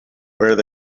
where